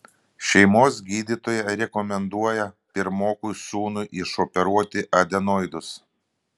šeimos gydytoja rekomenduoja pirmokui sūnui išoperuoti adenoidus